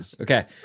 Okay